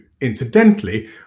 incidentally